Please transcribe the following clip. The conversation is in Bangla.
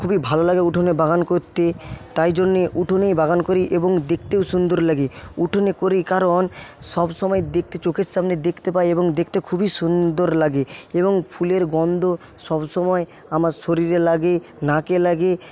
খুবই ভালোলাগে উঠোনে বাগান করতে তাই জন্যে উঠোনে বাগান করি এবং দেখতেও সুন্দর লাগে উঠোনে করি কারণ সবসময় দেখতে চোখের সামনে দেখতে পাই এবং দেখতে খুবই সুন্দর লাগে এবং ফুলের গন্ধ সবসময় আমার শরীরে লাগে নাকে লাগে